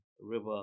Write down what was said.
River